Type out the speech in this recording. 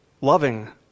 loving